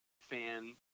fan